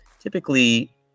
Typically